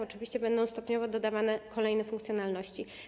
Oczywiście będą stopniowo dodawane kolejne funkcjonalności.